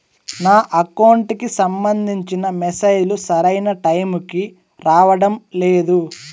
నా అకౌంట్ కి సంబంధించిన మెసేజ్ లు సరైన టైముకి రావడం లేదు